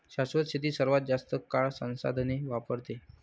शाश्वत शेती सर्वात जास्त काळ संसाधने वापरते